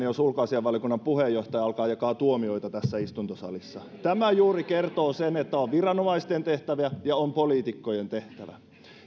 jos ulkoasiainvaliokunnan puheenjohtaja alkaa jakaa tuomioita tässä istuntosalissa tämä juuri kertoo sen että on viranomaisten tehtäviä ja on poliitikkojen tehtäviä